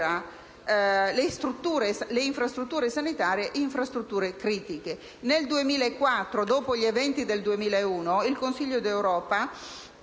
le infrastrutture sanitarie infrastrutture critiche. Nel 2004, dopo gli eventi del 2001, il Consiglio europeo